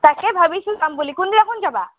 তাকেই ভাবিছোঁ যাম বুলি কোনদিনাখন যাবা